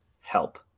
help